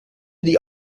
die